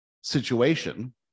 situation